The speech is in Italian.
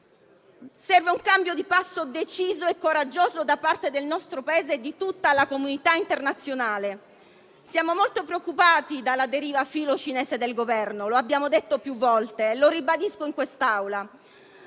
Serve un cambio di passo deciso e coraggioso da parte del nostro Paese e di tutta la comunità internazionale. Siamo molto preoccupati dalla deriva filocinese del Governo, come abbiamo detto più volte, e lo ribadisco in quest'Aula.